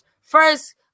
First